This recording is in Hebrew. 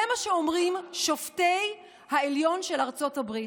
זה מה שאומרים שופטי העליון של ארצות הברית.